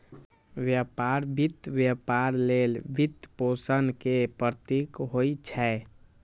व्यापार वित्त व्यापार लेल वित्तपोषण के प्रतीक होइ छै